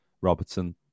Robertson